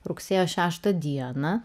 rugsėjo šeštą dieną